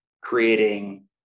creating